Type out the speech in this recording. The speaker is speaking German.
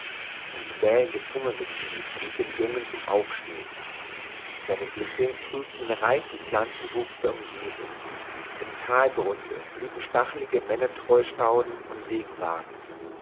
ein quälendes hungergefühl trieb den jungen zum aufstehen seine blicke prüften den reichen pflanzenwuchs der umgebung im talgrunde blühten stachelige männertreustauden und